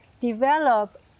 develop